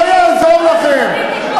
לא יעזור לכם,